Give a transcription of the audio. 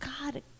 God